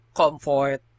comfort